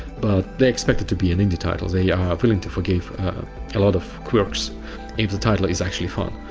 but they expect it to be an indie title. they are willing to forgive a lot of quirks if the title is actually fun.